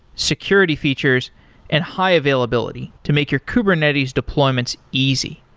security features and high availability to make your kubernetes deployments easy.